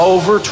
Over